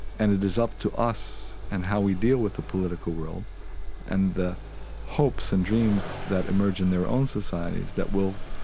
and it is up to us and how we deal with the political world and the hopes and dreams that emerge in their own societies that will